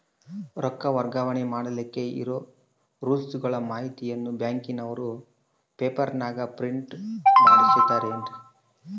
ರೊಕ್ಕ ವರ್ಗಾವಣೆ ಮಾಡಿಲಿಕ್ಕೆ ಇರೋ ರೂಲ್ಸುಗಳ ಮಾಹಿತಿಯನ್ನ ಬ್ಯಾಂಕಿನವರು ಪೇಪರನಾಗ ಪ್ರಿಂಟ್ ಮಾಡಿಸ್ಯಾರೇನು?